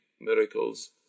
miracles